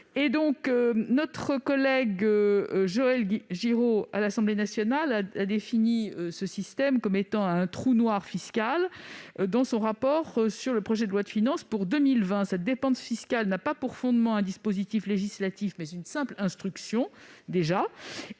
rapporteur général du budget à l'Assemblée nationale, avait défini ce système comme un « trou noir fiscal » dans son rapport sur le projet de loi de finances pour 2020. Cette dépense fiscale n'a pas pour fondement un dispositif législatif, mais une simple instruction,